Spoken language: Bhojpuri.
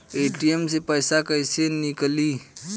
ए.टी.एम से पैसा कैसे नीकली?